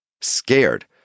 scared